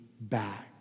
back